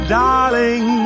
darling